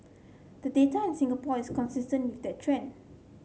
the data in Singapore is consistent with that trend